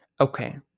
Okay